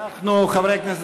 חברי הכנסת,